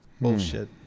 Bullshit